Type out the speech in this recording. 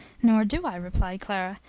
nor do i, replied clara.